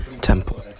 Temple